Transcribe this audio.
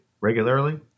regularly